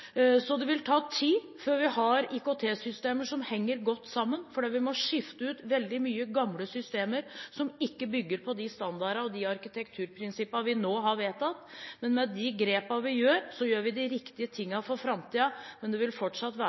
Det vil ta tid før vi har IKT-systemer som henger godt sammen, fordi vi må skifte ut veldig mange gamle systemer som ikke bygger på de standarder og arkitekturprinsipper vi nå har vedtatt. Med de grepene vi tar, gjør vi de riktige tingene for framtiden, men det vil fortsatt være